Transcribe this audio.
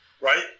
right